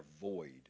void